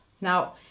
Now